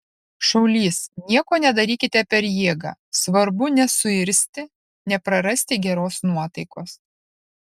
šaulys nieko nedarykite per jėgą svarbu nesuirzti neprarasti geros nuotaikos